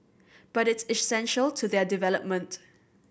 but it's essential to their development